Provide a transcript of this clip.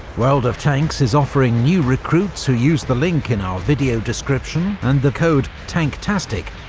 world of tanks is offering new recruits who use the link in our video description, and the code tanktastic,